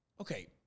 Okay